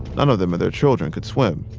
none of them or their children could swim,